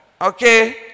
Okay